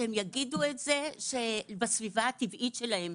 שהם יגידו את זה בסביבה הטבעית שלהם.